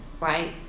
right